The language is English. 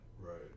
Right